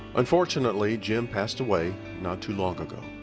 unfortunately, jim passed away not too long ago.